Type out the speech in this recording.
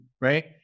right